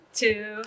two